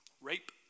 Rape